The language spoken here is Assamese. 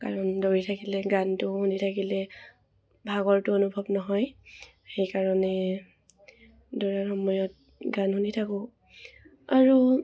কাৰণ দৌৰি থাকিলে গানটো শুনি থাকিলে ভাগৰটো অনুভৱ নহয় সেইকাৰণে দৌৰাৰ সময়ত গান শুনি থাকোঁ আৰু